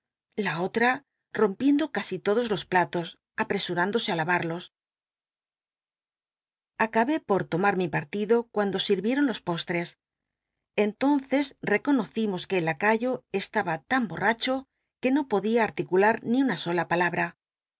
la otra rom piendo casi todos los platos apresurándose a lavad os acabé por tomar mi patido cuando sirvieron los postres entonces reconocimos que el lacayo e taba tan bo rracho que no podía articula r ni una sola palabra